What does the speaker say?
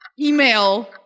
Email